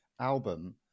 album